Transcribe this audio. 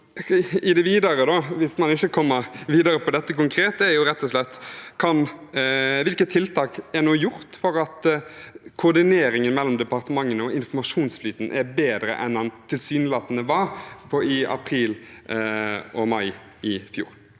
hvis man ikke kommer videre på dette konkrete, er rett og slett: Hvilke tiltak er nå gjort for at koordineringen mellom departementene og informasjonsflyten skal være bedre enn den tilsynelatende var i april og mai i fjor?